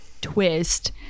twist